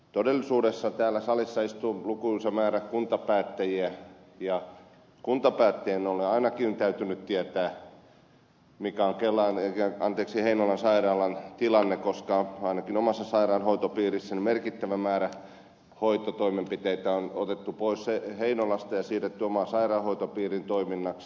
todellisuudessa täällä salissa istuu lukuisa määrä kuntapäättäjiä ja kuntapäättäjien on ainakin täytynyt tietää mikä on heinolan sairaalan tilanne koska ainakin omassa sairaanhoitopiirissäni merkittävä määrä hoitotoimenpiteitä on otettu pois heinolasta ja siirretty oman sairaanhoitopiirin toiminnaksi